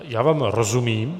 Já vám rozumím.